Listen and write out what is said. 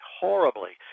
horribly